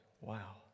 Wow